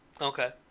Okay